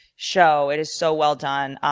show. it is so well done,